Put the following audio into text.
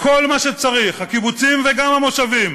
וכל מה שצריך הקיבוצים וגם המושבים